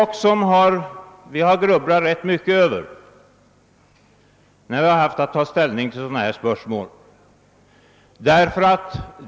Vi har grubblat mycket över detta när vi haft att ta ställning till sådana här spörsmål.